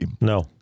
No